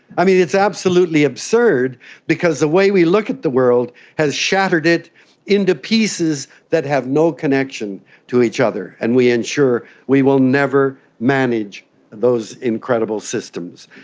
i mean, it's absolutely absurd because the way we look at the world has shattered it into pieces that have no connection to each other, and we ensure we will never manage those incredible systems.